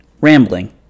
rambling